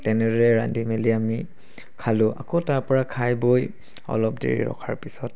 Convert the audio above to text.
তেনেদৰে ৰান্ধি মেলি আমি খালোঁ আকৌ তা ৰপৰা খাই বৈ অলপ দেৰি ৰখাৰ পিছত